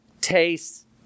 taste